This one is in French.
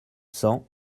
cents